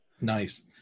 Nice